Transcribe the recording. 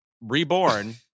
reborn